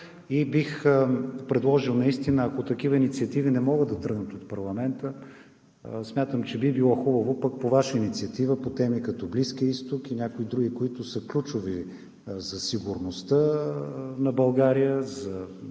Бих предложил: ако такива инициативи не могат да тръгнат от парламента, смятам, че би било хубаво по Ваша инициатива и по теми като Близкия изток и някои други, които са ключови за сигурността на България